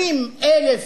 20,000